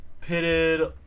pitted